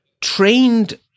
trained